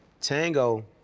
Tango